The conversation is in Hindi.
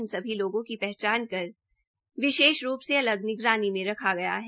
इन सभी लोगों की पहचान कर विशेष रूप से अलग निगरानी में रखा गया है